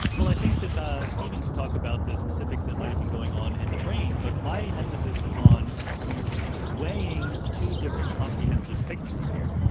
well, i think that steven can talk about the specifics that might have been going on in the brain. but my emphasis is on weighing two different comprehensive pictures here.